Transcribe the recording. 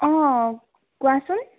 অঁ কোৱাচোন